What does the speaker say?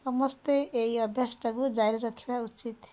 ସମସ୍ତେ ଏହି ଅଭ୍ୟାସଟାକୁ ଜାରି ରଖିବା ଉଚିତ୍